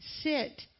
sit